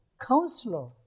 counselor